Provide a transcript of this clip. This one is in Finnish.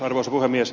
arvoisa puhemies